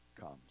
comes